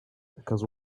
because